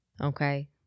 okay